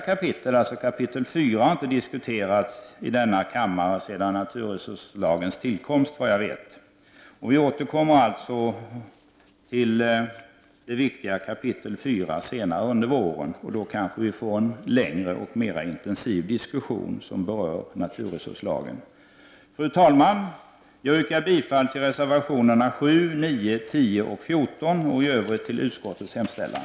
Kapitlet har såvitt jag vet inte diskuterats i denna kammare sedan naturresurslagens tillkomst. Vi återkommer alltså till detta viktiga kapitel i naturresurslagen senare under våren. Då får vi kanske en längre och mer intensiv debatt rörande naturresurslagen. Fru talman! Jag yrkar bifall till reservationerna 7, 9, 10 och 14 och i övrigt till utskottets hemställan.